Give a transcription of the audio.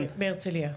בהרצליה.